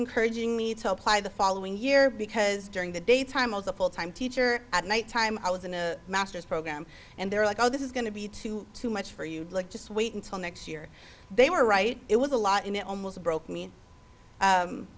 encouraging me to apply the following year because during the daytime i was a full time teacher at night time i was in a master's program and they're like oh this is going to be too too much for you just wait until next year they were right it was a lot and it almost broke me